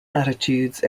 attitudes